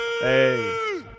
Hey